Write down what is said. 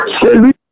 Celui